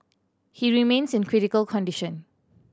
he remains in critical condition